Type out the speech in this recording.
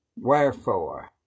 wherefore